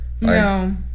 No